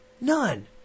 None